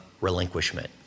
Relinquishment